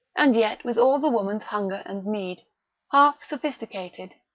and yet with all the woman's hunger and need half sophisticated,